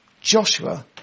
Joshua